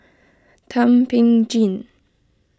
Thum Ping Tjin